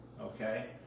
Okay